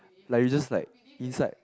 like you just like inside